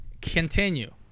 Continue